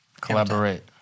Collaborate